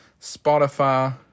Spotify